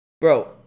Bro